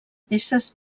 peces